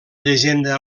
llegenda